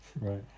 right